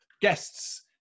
guests